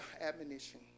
admonition